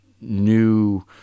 new